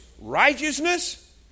righteousness